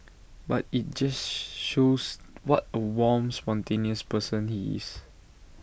but IT just shows what A warm spontaneous person he is